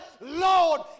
Lord